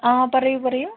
ആ പറയൂ പറയൂ